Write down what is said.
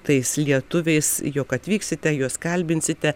tais lietuviais jog atvyksite juos kalbinsite